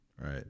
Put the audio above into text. right